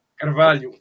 Carvalho